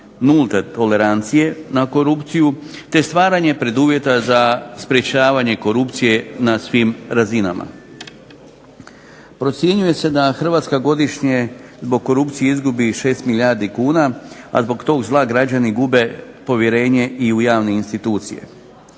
nulte tolerancije na korupciju te stvaranje preduvjeta za sprečavanje korupcije na svim razinama. Procjenjuje se da Hrvatska godišnje zbog korupcije izgubi 6 milijardi kuna, a zbog tog zla građani gube povjerenje i u javne institucije.